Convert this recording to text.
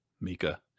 Mika